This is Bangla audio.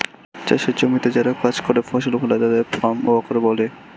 চাষের জমিতে যারা কাজ করে, ফসল ফলায় তাদের ফার্ম ওয়ার্কার বলে